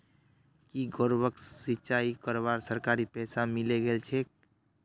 की गौरवक सिंचाई करवार सरकारी पैसा मिले गेल छेक